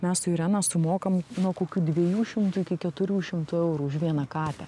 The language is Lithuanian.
mes su irena sumokam nuo kokių dviejų šimtų iki keturių šimtų eurų už vieną katę